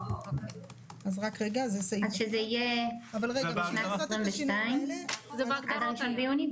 אז שזה יהיה בשנת 2022 עד ה-1 ביוני,